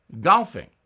golfing